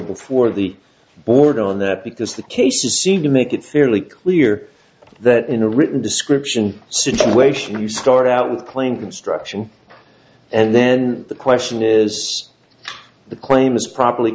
before the board on that because the cases seem to make it fairly clear that in a written description situation you start out in plain construction and then the question is the claim is properly